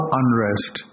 unrest